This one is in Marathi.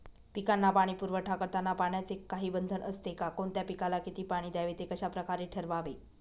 पिकांना पाणी पुरवठा करताना पाण्याचे काही बंधन असते का? कोणत्या पिकाला किती पाणी द्यावे ते कशाप्रकारे ठरवावे?